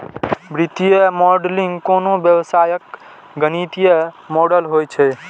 वित्तीय मॉडलिंग कोनो व्यवसायक गणितीय मॉडल होइ छै